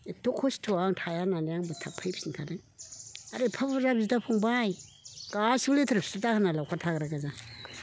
एदथ' खस्थ'आव आं थाया होननानै आंबो फैफिनखादों आरो एफा बुरजा बिदा फंबाय गासैबो लेथेर फेथेर दाहोना लावखार थाग्रागोजा